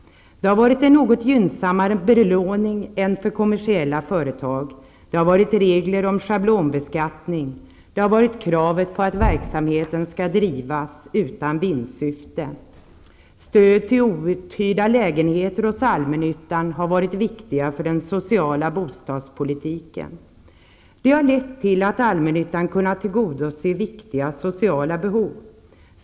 Det har varit en något gynnsammare belåning än för kommersiella företag. Det har varit regler om schablonbeskattning, och det har varit krav på att verksamheten skall drivas utan vinstsyfte. Stöd till outhyrda lägenheter hos allmännyttan har varit viktiga för den sociala bostadspolitiken. Det har lett till att allmännyttan kunnat tillgodose viktiga sociala behov.